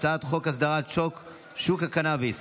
הצעת חוק אסדרת שוק הקנביס